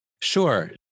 Sure